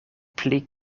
pli